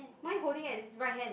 my holding at its right hand